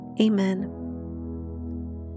Amen